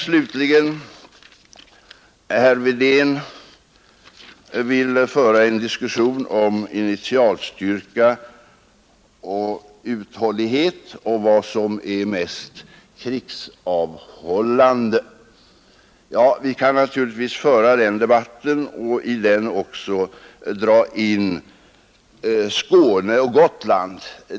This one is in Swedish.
Slutligen, herr Wedén ville föra en diskussion om initialstyrka och uthållighet och vad som är mest krigsavhållande. Vi kan naturligtvis föra den debatten och i den också ta in Skåne och Gotland.